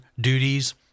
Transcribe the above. duties